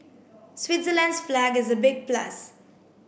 Switzerland's flag is a big plus